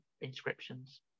inscriptions